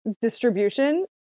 distribution